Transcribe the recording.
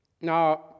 now